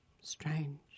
Strange